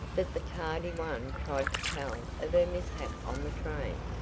that the tardy one tried to tell of her mishap on the train,